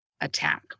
attack